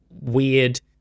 weird